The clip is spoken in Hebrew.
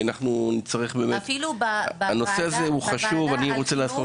כי מדובר בנושא חשוב אז אני רוצה לעשות